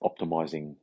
optimizing